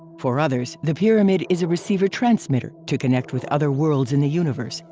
for others, the pyramid is a receiver-transmitter to connect with other worlds in the universe,